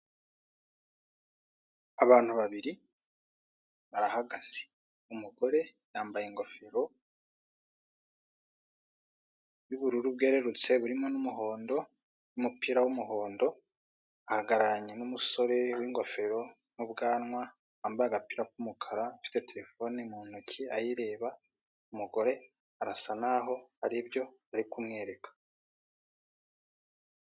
Abantu babiri barahagaze, umugore yambaye ingofero y'ubururu bwerurutse burimo n'umuhondo n'umupira w'umuhondo, ahagararanye n'umusore w'ingofero n'ubwanwa, wambaye agapira k'umukara, ufite terefone mu ntoki ayireba, umugore arasa naho hari ibyo ari kumwereka.